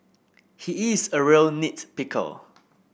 he is a real nit picker